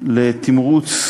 לתמרוץ